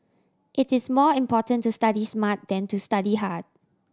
it is more important to study smart than to study hard